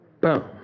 boom